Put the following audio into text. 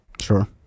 Sure